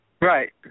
Right